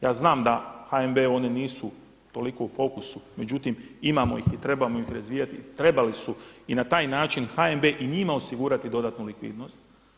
Ja znam da HNB-u one nisu toliko u fokusu međutim imamo ih i trebamo ih razvijati, trebali su i na taj način HNB i njima osigurati dodatnu likvidnost.